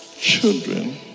children